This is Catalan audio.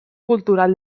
cultural